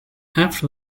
after